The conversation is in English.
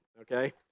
okay